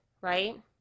right